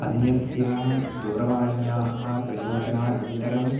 अन्यस्य दूरवाण्याः प्रयोजनानन्तरम्